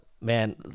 man